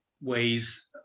ways